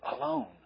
alone